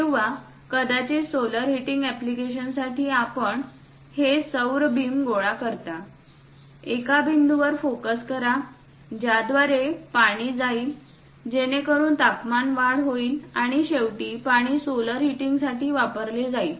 किंवा कदाचित solar heating एप्लीकेशनसाठी आपण हे सौर बीम गोळा करता एका बिंदूवर फोकस करा ज्याद्वारे पाणी जाईल जेणेकरून तापमानात वाढ होईल आणि शेवटी पाणी सोलर हीटिंग साठी वापरले जाईल